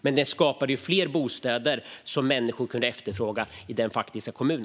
Men det skapade fler bostäder som människor kunde efterfråga i respektive kommun.